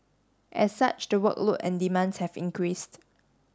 as such the workload and demands have increased